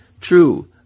True